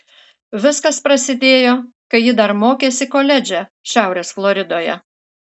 viskas prasidėjo kai ji dar mokėsi koledže šiaurės floridoje